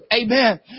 Amen